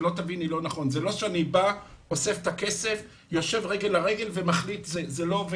זה לא שאני אוסף את הכסף ומחליט איפה